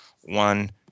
One